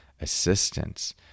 assistance